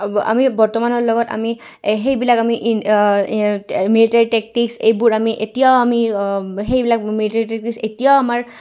আমি বৰ্তমানৰ লগত আমি সেইবিলাক আমি মিলিটেৰী টেকটিক্স এইবোৰ আমি এতিয়াও আমি সেইবিলাক মিলিটেৰী টেক্টিক্স এতিয়াও আমাৰ